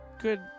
good